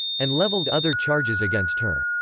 and leveled other charges against her.